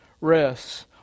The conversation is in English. rests